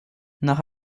nach